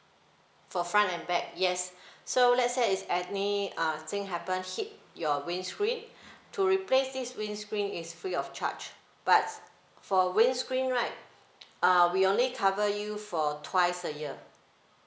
for front and back yes so let's say is any uh thing happen hit your windscreen to replace this windscreen is free of charge but for windscreen right uh we only cover you for twice a year